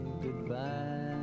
goodbye